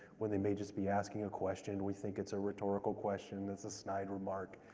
when they may just be asking a question. we think it's a rhetorical question, it's a snide remark.